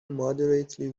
moderately